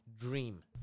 Dream